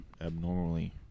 abnormally